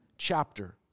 Chapter